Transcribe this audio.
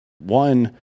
One